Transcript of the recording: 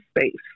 space